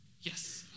Yes